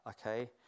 okay